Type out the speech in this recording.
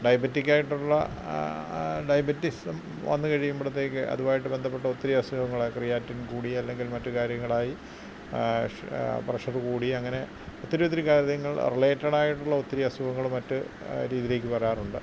ഡയബറ്റിക്കായിട്ടുള്ള ഡയബറ്റിസം വന്ന് കഴിയുമ്പോഴത്തേക്ക് അതുവായിട്ട് ബന്ധപ്പെട്ട് ഒത്തിരി അസുഖങ്ങൾ ക്രിയാറ്റിൻ കൂടി അല്ലെങ്കിൽ മറ്റ് കാര്യങ്ങളായി പ്രഷറ് കൂടി അങ്ങനെ ഒത്തിരി ഒത്തിരി കാര്യങ്ങൾ റിലേറ്റഡായിട്ടുള്ള ഒത്തിരി അസുഖങ്ങൾ മറ്റു രീതിയിലേക്ക് വരാറുണ്ട്